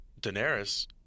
Daenerys